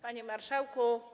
Panie Marszałku!